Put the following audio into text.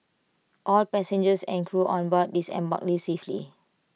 all passengers and crew on board disembarked safely